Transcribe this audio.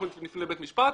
אנחנו נפנה לבית משפט,